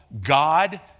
God